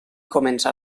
comença